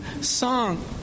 song